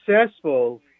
successful